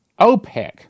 OPEC